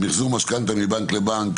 במחזור משכנתה מבנק לבנק